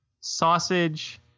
sausage